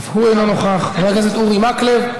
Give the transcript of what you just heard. אף הוא אינו נוכח, חבר הכנסת אורי מקלב,